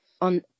on